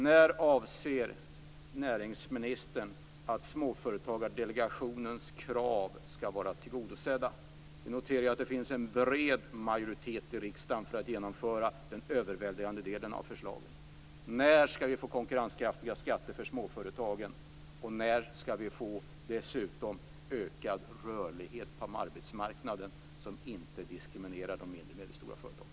När avser näringsministern att Småföretagsdelegationens krav skall vara tillgodosedda? Jag noterar att det finns en bred majoritet i riksdagen för att genomföra den överväldigande delen av förslagen. När skall vi få konkurrenskraftiga skatter för småföretagen? När skall vi få en ökad rörlighet på arbetsmarknaden som inte diskriminerar de mindre och medelstora företagen?